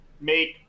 make